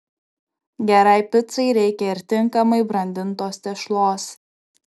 gerai picai reikia ir tinkamai brandintos tešlos